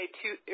two